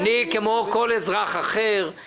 אדוני היושב-ראש וכל חברי הכנסת שיושבים פה,